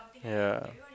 ya